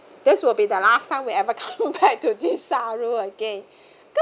this will be the last time we ever come back to desaru again cause